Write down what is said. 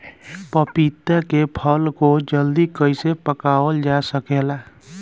पपिता के फल को जल्दी कइसे पकावल जा सकेला?